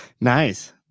Nice